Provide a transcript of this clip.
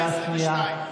קריאה שנייה.